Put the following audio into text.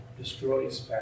destroys